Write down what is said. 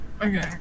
Okay